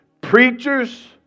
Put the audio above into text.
preachers